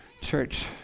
church